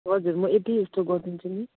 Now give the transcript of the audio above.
हजुर म एट्टीजस्तो गरिदिन्छु नि